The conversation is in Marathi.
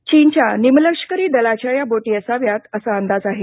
चीनच्या निमलष्करी दलाच्या या बोटी असाव्यात असा अंदाज आहे